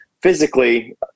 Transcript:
physically